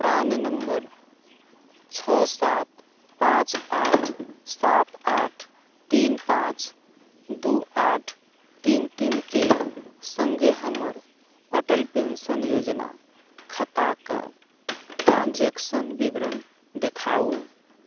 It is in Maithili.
प्राण नम्बर छओ सात पाँच आठ सात आठ तीन पाँच दू आठ तीन तीन के सङ्गे हमर अटल पेंशन योजना खाताकऽ ट्रांजेक्शन विवरण देखाउ